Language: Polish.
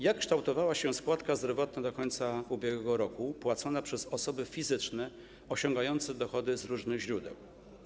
Jak kształtowała się składka zdrowotna do końca ubiegłego roku płacona przez osoby fizyczne osiągające dochody z różnych źródeł?